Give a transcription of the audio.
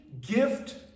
gift